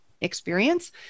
experience